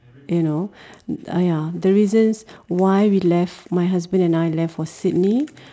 you know ah ya the reasons why we left my husband and I left for Sydney